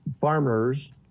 farmers